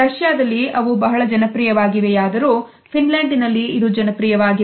ರಷ್ಯಾದಲ್ಲಿ ಅವು ಬಹಳ ಜನಪ್ರಿಯವಾಗಿವೆ ಯಾದರೂ ಫಿನ್ಲೆಂಡಿನಲ್ಲಿ ಇದು ಜನಪ್ರಿಯವಾಗಿಲ್ಲ